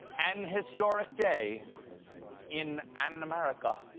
an historic day in an-merica